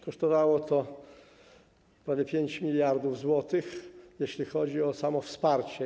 Kosztowało to prawie 5 mld zł, jeśli chodzi o samo wsparcie.